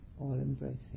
all-embracing